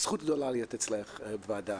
זכות גדולה להיות אצלך בוועדה.